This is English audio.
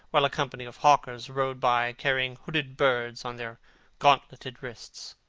while a company of hawkers rode by, carrying hooded birds on their gauntleted wrists.